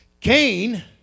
Cain